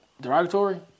derogatory